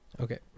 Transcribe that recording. Okay